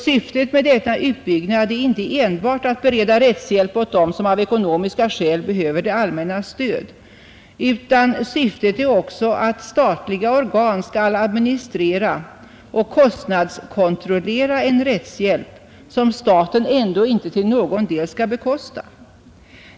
Syftet med denna utbyggnad är inte enbart att bereda rättshjälp åt dem som av ekonomiska skäl behöver det allmännas stöd, utan syftet är också att statliga organ skall administrera och kostnadskontrollera en rättshjälp som staten ändå inte till någon del skall bekosta.